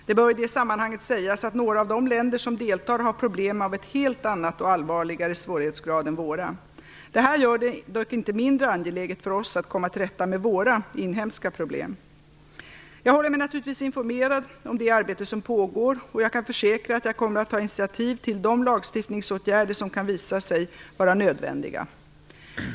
Det bör i det sammanhanget sägas att några av de länder som deltar har problem av en helt annan och allvarligare svårighetsgrad än vad vi har. Detta gör det dock inte mindre angeläget för oss att komma till rätta med våra inhemska problem. Jag håller mig naturligtvis informerad om det arbete som pågår, och jag kan försäkra att jag kommer att ta initiativ till de lagstiftningsåtgärder som kan visa sig vara nödvändiga.